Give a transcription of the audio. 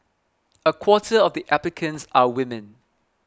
a quarter of the applicants are women